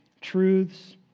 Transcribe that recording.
truths